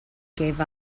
gave